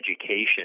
education